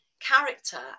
Character